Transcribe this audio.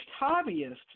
hobbyist